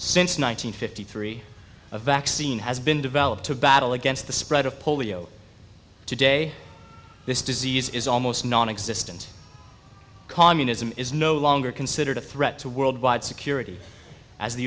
since nine hundred fifty three a vaccine has been developed to battle against the spread of polio today this disease is almost nonexistent communism is no longer considered a threat to worldwide security as the